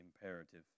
imperative